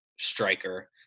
striker